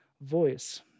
voice